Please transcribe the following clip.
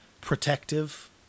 protective